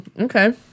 okay